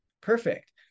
Perfect